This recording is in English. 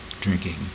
drinking